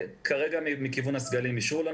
כרגע מכיוון הסגלים אישרו לנו.